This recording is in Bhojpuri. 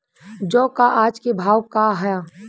जौ क आज के भाव का ह?